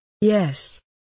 yes